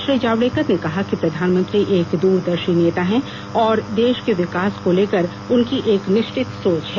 श्री जावडेकर ने कहा कि प्रधानमंत्री एक दूरदर्शी नेता है और देश के विकास को लेकर उनकी एक निश्चित सोच है